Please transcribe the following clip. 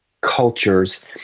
cultures